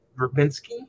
verbinski